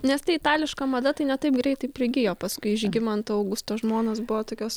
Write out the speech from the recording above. nes ta itališka mada tai ne taip greitai prigijo paskui žygimanto augusto žmonos buvo tokios